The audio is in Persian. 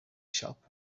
شاپ